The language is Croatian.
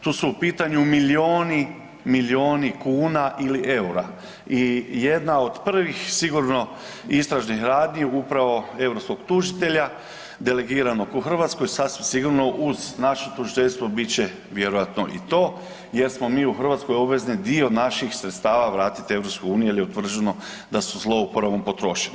Tu su u pitanju milijuni i milijuna ili eura i jedna od prvih, sigurno, istražnih radnji upravo europskog tužitelja delegiranog u Hrvatskoj, sasvim sigurno uz naše tužiteljstvo, bit će vjerojatno i to jer smo mi u Hrvatskoj obvezni dio naših sredstava vratiti EU jer je utvrđeno da su zlouporabom potrošeni.